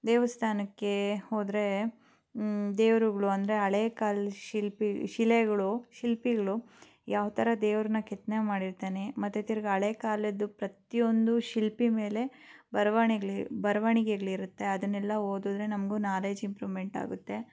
ದೇವಸ್ಥಾನಕ್ಕೆ ಹೋದರೆ ದೇವ್ರುಗಳು ಅಂದರೆ ಹಳೇ ಕಾಲ ಶಿಲ್ಪಿ ಶಿಲೆಗಳು ಶಿಲ್ಪಿಗಳು ಯಾವ ಥರ ದೇವ್ರನ್ನ ಕೆತ್ತನೆ ಮಾಡಿರ್ತಾನೆ ಮತ್ತು ತಿರ್ಗಿ ಹಳೇ ಕಾಲದ್ದು ಪ್ರತಿಯೊಂದು ಶಿಲ್ಪಿ ಮೇಲೆ ಬರ್ವಾಣೇಗ್ಳ್ ಬರ್ವಣಿಗೆಗ್ಳು ಇರುತ್ತೆ ಅದನ್ನೆಲ್ಲ ಓದಿದ್ರೆ ನಮಗೂ ನಾಲೆಜ್ ಇಂಪ್ರೂವ್ಮೆಂಟ್ ಆಗುತ್ತೆ